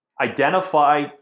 identify